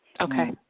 Okay